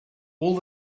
all